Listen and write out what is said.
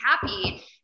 happy